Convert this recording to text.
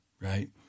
right